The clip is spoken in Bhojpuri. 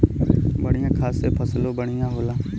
बढ़िया खाद से फसलों बढ़िया होला